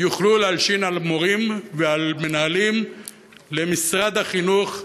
יוכלו להלשין על מורים ועל מנהלים למשרד החינוך,